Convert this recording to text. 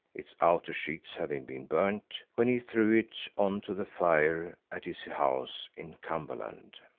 its outer sheets having been burnt when he threw it on to the fire at his house in cumberland.